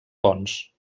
pons